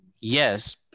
Yes